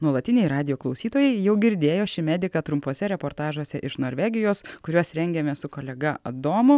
nuolatiniai radijo klausytojai jau girdėjo šį mediką trumpuose reportažuose iš norvegijos kuriuos rengiame su kolega adomu